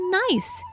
nice